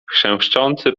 chrzęszczący